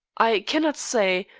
i cannot say.